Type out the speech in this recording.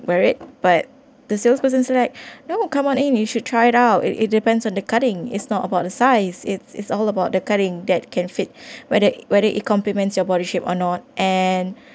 wear it but the salesperson said like no come on in you should try it out it it depends on the cutting is not about the size it's it's all about the cutting that can fit whether whether it complements your body shape or not and